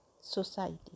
society